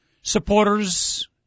supporters